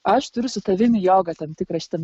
aš turiu su tavim jogą tam tikrą šitam